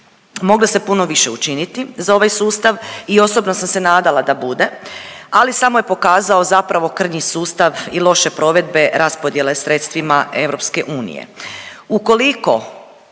moglo se puno više učiniti za ovaj sustav i osobno sam se nadala da bude, ali samo je pokazao zapravo krnji sustav i loše provedbe raspodjele sredstvima EU. Ukoliko